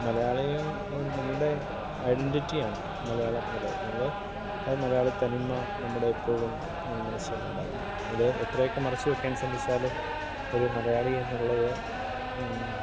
മലയാളി നമ്മളുടെ ഐഡൻറ്റിറ്റിയാണ് മലയാളത്തിൽ നമ്മൾ ആ മലയാള തനിമ നമ്മുടെ എപ്പോഴും ആ മനസ്സിലുണ്ടാവും അത് എത്രയൊക്കെ മറച്ച് വെക്കാൻ ശ്രമിച്ചാലും ഒരു മലയാളി എന്നുള്ളത്